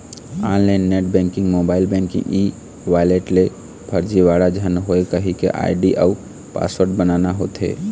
online net banking, mobile banking, e wallet ले फरजीवाड़ा झन होए कहिके आईडी अउ पासवर्ड बनाना होथे